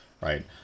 right